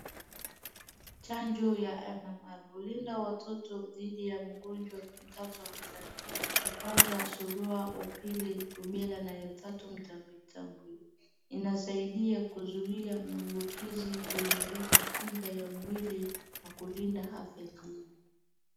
Chanjo ya MMR, hulinda watoto dhidi ya mgonjwa mtajwa hatari. Ya kwanza surua, wa pili rubella, na ya tatu mtambwitambwi. Inasaidia kuzuia maambukizi, kuimarisha kinga ya mwili na kulinda afya njema.